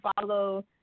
follow